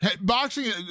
boxing